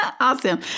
Awesome